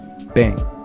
Bang